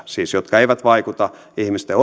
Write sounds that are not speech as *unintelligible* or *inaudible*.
siis ei vaikuta ihmisten *unintelligible*